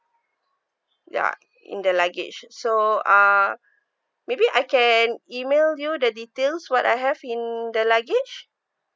ya in the luggage so uh maybe I can email you the details what I have in the luggage